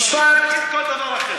תגיד כל דבר אחר.